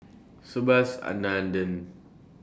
Subhas Anandan